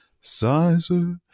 Sizer